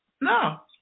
no